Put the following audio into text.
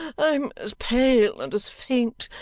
i'm as pale and as faint,